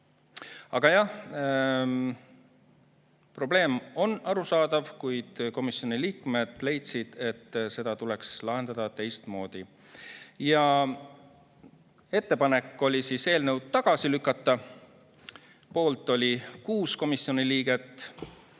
Aga jah, probleem on arusaadav, kuid komisjoni liikmed leidsid, et seda tuleks lahendada teistmoodi. Ja ettepanek oli eelnõu tagasi lükata, selle poolt oli 6 komisjoni liiget